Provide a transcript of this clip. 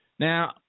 Now